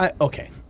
Okay